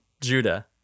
Judah